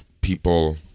people